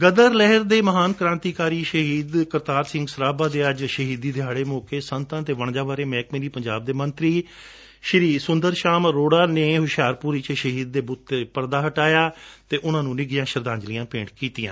ਗਦਰ ਲਹਿਰ ਦੇ ਮਹਾਨ ਕੁਾਂਤੀਕਾਰੀ ਸ਼ਹੀਦ ਕਰਤਾਰ ਸਿੰਘ ਸਰਾਭਾ ਦੇ ਅਤੇ ਵਣਜਾਂ ਬਾਰੇ ਮਹਿਕਮੇ ਲਈ ਪੰਜਾਬ ਦੇ ਮੰਤਰੀ ਸੁੰਦਰ ਸ਼ਾਮ ਅਰੋੜਾ ਨੇ ਹੁਸ਼ਿਆਰਪੁਰ ਵਿਚ ਸ਼ਹੀਦ ਦੇ ਬੁੱਤ ਤੋਂ ਪਰਦਾ ਹਟਾਇਆ ਅਤੇ ਉਨੂਾਂ ਨੂੰ ਨਿੱਘੀਆਂ ਸ਼ਰਧਾਂਜਲੀਆਂ ਭੇਂਟ ਕੀਤੀਆਂ